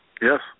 Yes